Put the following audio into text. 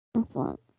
Excellent